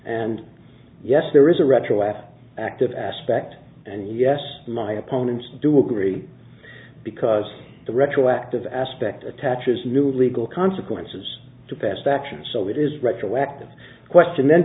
and yes there is a retro left active aspect and yes my opponents do agree because the retroactive aspect attaches new legal consequences to past actions so it is retroactive the question then